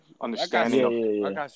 understanding